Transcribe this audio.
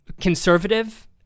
conservative